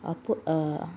or put a